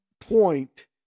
point